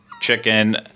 chicken